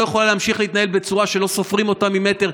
יכולה להמשיך להתנהל בצורה שלא סופרים אותה ממטר,